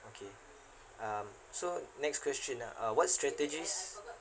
okay um so next question ah uh what strategies